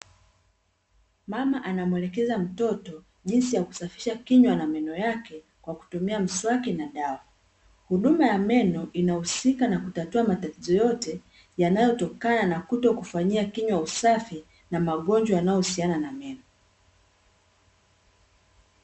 Mama anamuelekeza mtoto jinsi ya kusafisha kinywa na meno yake kwa kutumia mswaki na dawa, huduma ya meno inahusika na kutatua matatizo yote yanayotokana na kutokufanyia kinywa usafi na magonjwa yanahusiana na meno.